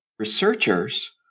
Researchers